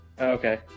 Okay